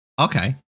Okay